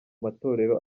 matorero